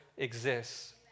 exists